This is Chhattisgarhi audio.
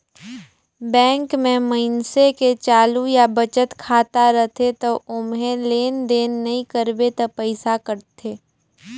बैंक में मइनसे के चालू या बचत खाता रथे त ओम्हे लेन देन नइ करबे त पइसा कटथे